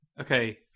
Okay